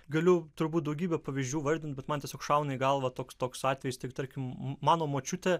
galiu turbūt daugybę pavyzdžių vardint bet man tiesiog šauna į galvą toks toks atvejis tai tarkim mano močiutė